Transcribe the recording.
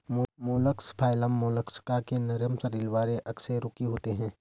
mollusc phylum mollusca के नरम शरीर वाले अकशेरुकी होते हैं